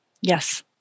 Yes